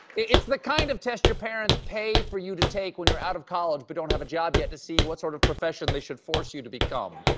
it's the kind of test your parents pay for you to take when you're out of college but don't have a job yet to see what sort of profession they should force you to become.